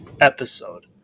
episode